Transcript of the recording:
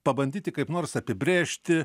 pabandyti kaip nors apibrėžti